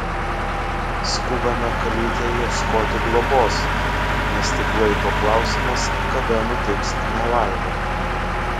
skubame kalytei ieškoti globos nes tik laiko klausimas kada nutiks nelaimė